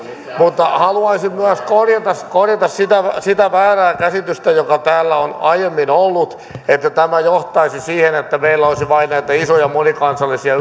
mutta haluaisin myös korjata sitä sitä väärää käsitystä joka täällä on aiemmin ollut että tämä johtaisi siihen että meillä olisi vain näitä isoja monikansallisia